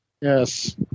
yes